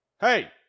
Hey